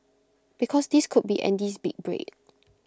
because this could be Andy's big break